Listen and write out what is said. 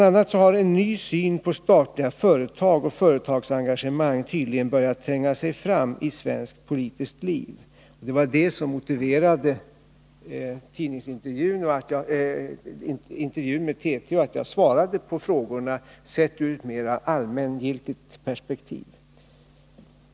a. har en ny syn på statliga företag och företagsengagemang tydligen börjat tränga sig fram i svenskt politiskt liv — det var det som motiverade intervjun med TT, och jag svarade på frågorna ur ett mer allmängiltigt perspektiv.